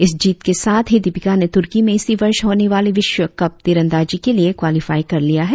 इस जीत के साथ ही दीपिका ने तूर्की में इसी वर्ष होने वाली विश्व कप तीरंदाजी के लिए क्वालीफाई कर लिया है